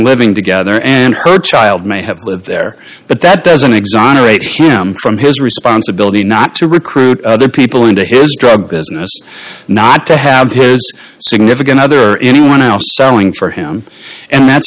living together and her child may have lived there but that doesn't exonerate him from his responsibility not to recruit other people into his drug business not to have his significant other or anyone else selling for him and that's